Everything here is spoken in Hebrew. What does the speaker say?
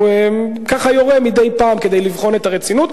הוא ככה יורה מדי פעם כדי לבחון את הרצינות,